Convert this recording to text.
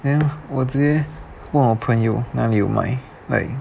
then 我直接问朋友哪里卖 like